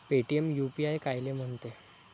Paytm UPI कायले म्हनते?